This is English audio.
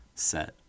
Set